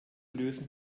lösen